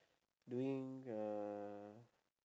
doing uh